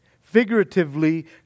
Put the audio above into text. figuratively